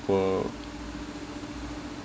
poor